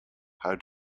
how